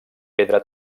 pedra